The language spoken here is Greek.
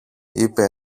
είπε